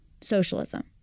socialism